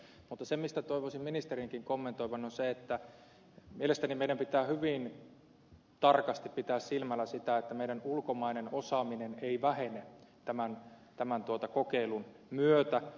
mutta se mitä toivoisin ministerinkin kommentoivan on se että mielestäni meidän pitää hyvin tarkasti pitää silmällä sitä että meidän ulkomainen osaaminen ei vähene tämän kokeilun myötä